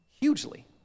hugely